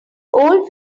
old